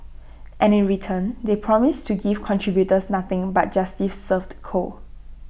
and in return they promise to give contributors nothing but justice served cold